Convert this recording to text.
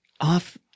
off